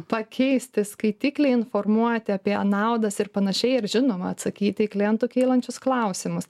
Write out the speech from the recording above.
pakeisti skaitiklį informuoti apie naudas ir panašiai ir žinoma atsakyti į klientų kylančius klausimus